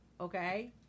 Okay